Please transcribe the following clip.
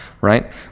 Right